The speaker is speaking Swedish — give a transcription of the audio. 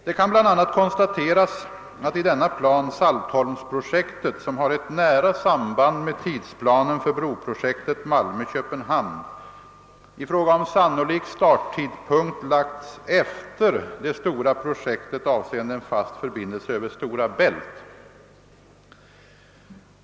Det kan bl.a. konstateras att i denna plan Saltholmsprojektet — som har ett nära samband med tidsplanen för broprojektet Malmö—Köpenhamn — i fråga om sannolik starttidpunkt lagts efter det stora projektet avseende en fast förbindelse över Stora Bält.